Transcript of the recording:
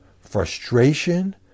frustration